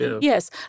Yes